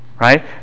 right